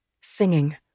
singing